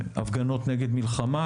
הפגנות נגד מלחמה,